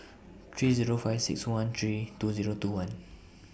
three Zero five six one three two Zero two one